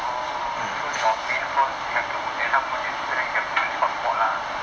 oh so your main phone have to everytime you need internet you have to use hot spot lah